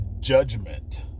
judgment